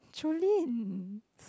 Joelyn